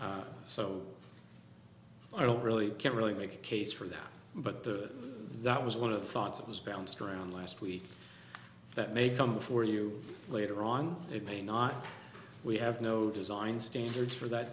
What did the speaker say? scene so i don't really can't really make a case for that but the that was one of the thoughts it was bounced around last week that may come for you later on it may not we have no design standards for that